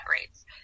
rates